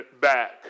back